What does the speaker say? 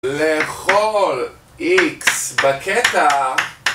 לכל איקס בקטע